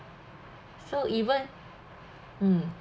so even mm